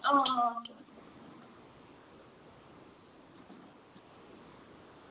हां